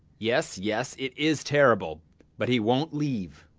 yes, yes, it is terrible but he won't leave.